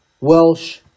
Welsh